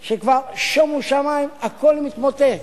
שכבר, שומו שמים, הכול מתמוטט,